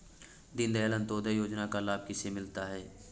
दीनदयाल अंत्योदय योजना का लाभ किसे मिलता है?